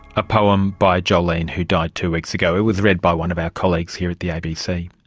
a poem by jolene who died two weeks ago. it was read by one of our colleagues here at the abc.